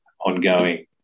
ongoing